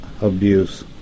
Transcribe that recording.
abuse